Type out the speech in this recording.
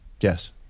Yes